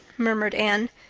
murmured anne.